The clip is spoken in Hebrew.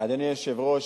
אדוני היושב-ראש,